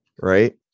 right